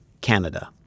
Canada